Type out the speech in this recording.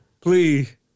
please